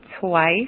twice